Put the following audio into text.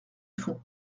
fond